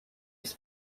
its